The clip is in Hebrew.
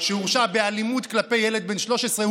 שהורשע באלימות כלפי ילד בן 13,